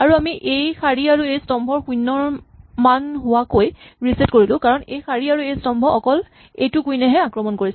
আৰু আমি এই শাৰী আৰু এই স্তম্ভটো শূণ্যৰ সমান হোৱাকৈ ৰিছেট কৰিলো কাৰণ এই শাৰী আৰু এই স্তম্ভটো অকল এইটো কুইন এহে আক্ৰমণ কৰিব